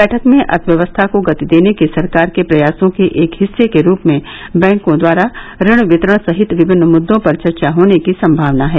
बैठक में अर्थव्यवस्था को गति देने के सरकार के प्रयासों के एक हिस्से के रूप में बैंकों द्वारा ऋण वितरण सहित विभिन्न मुद्दों पर चर्चा होने की संभावना है